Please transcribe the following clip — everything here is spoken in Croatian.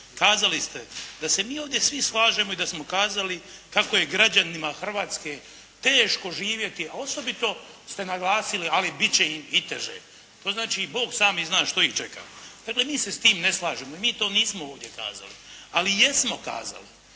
Kazali ste da se mi ovdje svi slažemo i da smo kazali kako je građanima Hrvatske teško živjeti a osobito ste naglasili ali biti će im i teže. To znači i Bog sami zna što ih čeka. Dakle, mi se sa tim ne slažemo i mi to nismo ovdje kazali. Ali jesmo kazali